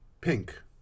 Pink